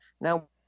Now